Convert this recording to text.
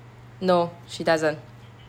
no she doesn't